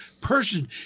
person